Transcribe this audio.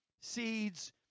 seeds